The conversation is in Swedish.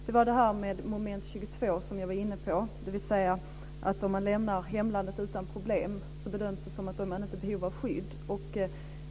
Det var detta med moment 22 som jag var inne på, dvs. att om man lämnar hemlandet utan problem så bedöms det som att man inte är i behov av skydd.